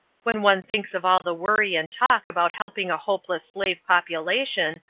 when one thinks of all the worry and talk about helping a hopeless slave population,